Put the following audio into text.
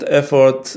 effort